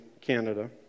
Canada